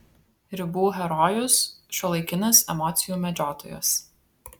ribų herojus šiuolaikinis emocijų medžiotojas